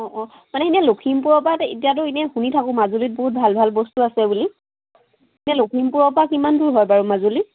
অঁ অঁ মানে এনেই লখিমপুৰৰপৰা এতিয়াতো এনেই শুনি থাকোঁ মাজুলীত বহুত ভাল ভাল বস্তু আছে বুলি এনেই লখিমপুৰৰপৰা কিমান দূৰ হয় বাৰু মাজুলী